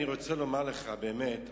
אני רוצה לומר לך באמת,